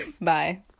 Bye